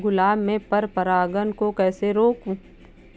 गुलाब में पर परागन को कैसे रोकुं?